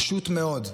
פשוט מאוד.